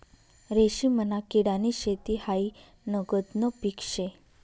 रेशीमना किडानी शेती हायी नगदनं पीक शे